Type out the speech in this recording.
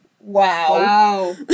Wow